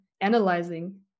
analyzing